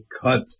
cut